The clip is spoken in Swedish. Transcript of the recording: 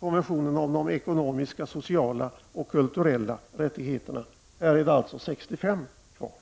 konventionen om de ekonomiska, sociala och kulturella rättigheterna. Här finns alltså 65 länder kvar.